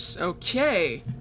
okay